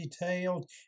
detailed